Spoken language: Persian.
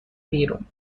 بیرون